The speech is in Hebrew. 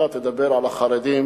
אתה תדבר על החרדים